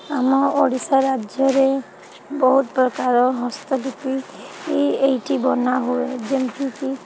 ଆମ ଓଡ଼ିଶା ରାଜ୍ୟରେ ବହୁତ ପ୍ରକାର ହସ୍ତଶିଳ୍ପ ଏଇଠି ବନାହୁୁଏ ଯେମିତିକି